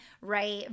right